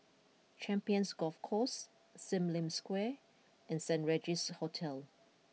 Champions Golf Course Sim Lim Square and Saint Regis Hotel